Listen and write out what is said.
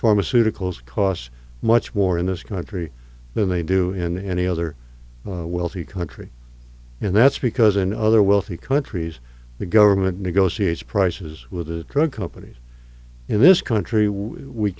pharmaceuticals costs much more in this country than they do in any other wealthy country and that's because in other wealthy countries the government negotiates prices with the drug companies in this country we